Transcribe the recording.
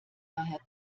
daher